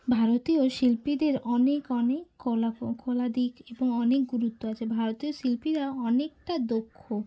ভারতীয় শিল্পীদের অনেক অনেক কলা খোলা দিক এবং অনেক গুরুত্ব আছে ভারতীয় শিল্পীরা অনেকটা দক্ষ